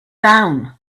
down